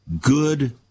good